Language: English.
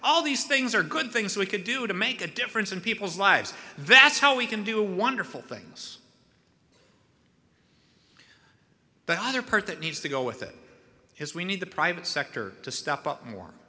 all these things are good things we can do to make a difference in people's lives that's how we can do wonderful things the other part that needs to go with it is we need the private sector to step up more